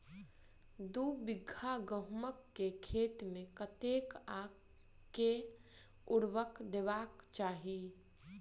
दु बीघा गहूम केँ खेत मे कतेक आ केँ उर्वरक देबाक चाहि?